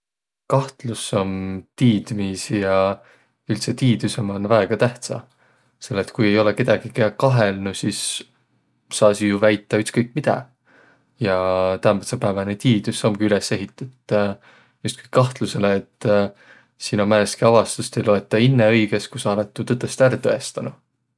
Kahtlus om tiidmiisi ja üldse tiidüse man väega tähtsä, selle et ku ei olõq kedägi, kiä kahelnuq, sis saasiq jo väitäq ütskõik, midä. Ja täämbädsepääväne tiidüs omgi üles ehitet justku kahtlusõlõ, et sino määnestki avastust ei loetaq inne õigõs, ku sa olõt tuu tõtõstõ ärq tõõstanuq.